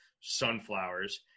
sunflowers